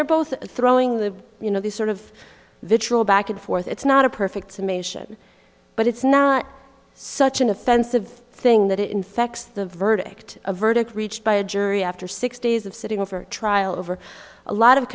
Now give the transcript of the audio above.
they're both throwing the you know the sort of vitriol back and forth it's not a perfect summation but it's not such an offensive thing that it infects the verdict a verdict reached by a jury after six days of sitting over trial over a lot of